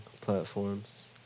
platforms